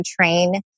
train